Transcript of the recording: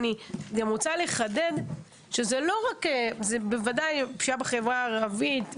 אני רוצה גם לחדד שאמנם הדיון עוסק בפשיעה בחברה הערבית,